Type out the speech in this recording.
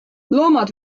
loomad